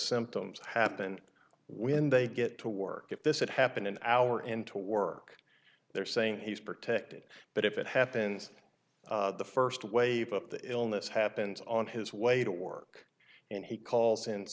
symptoms happened when they get to work if this had happened an hour into work they're saying he's protected but if it happens the first wave of the illness happens on his way to work and he calls in